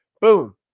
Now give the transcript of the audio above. Boom